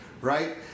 right